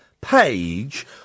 page